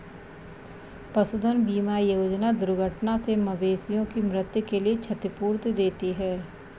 पशुधन बीमा योजना दुर्घटना से मवेशियों की मृत्यु के लिए क्षतिपूर्ति देती है